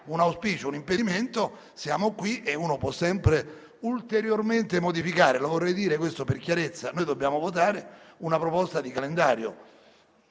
un auspicio o un impedimento, siamo qui e possiamo sempre ulteriormente modificare. Lo vorrei dire per chiarezza: dobbiamo votare una proposta di calendario.